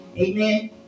Amen